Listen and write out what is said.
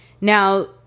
Now